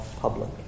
public